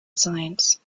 science